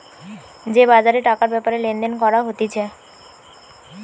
যে বাজারে টাকার ব্যাপারে লেনদেন করা হতিছে